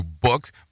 books